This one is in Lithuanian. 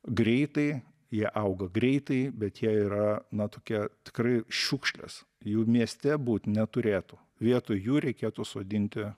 greitai jie auga greitai bet jie yra na tokie tikrai šiukšlės jų mieste būt neturėtų vietoj jų reikėtų sodinti